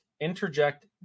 interject